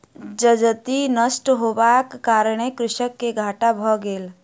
जजति नष्ट होयबाक कारणेँ कृषक के घाटा भ गेलै